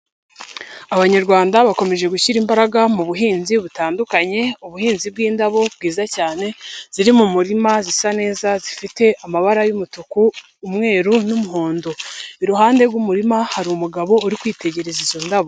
Abanyarwanda bakomeje gushyira imbaraga mu buhinzi butandukanye, ubuhinzi bw'indabo bwiza cyane ziri mu murima zisa neza zifite amabara y'umutuku, umweru n'umuhondo, iruhande rw'umurima hari umugabo uri kwitegereza izo ndabo.